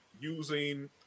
using